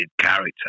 character